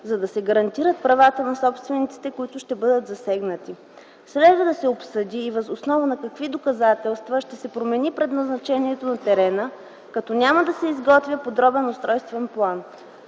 за да се гарантират правата на собствениците, които ще бъдат засегнати. Следва да се обсъди и въз основа на какви доказателства ще се промени предназначението на терена, като няма да се изготвя подробен устройствен план.